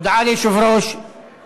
להצעה השלישית, גילאון.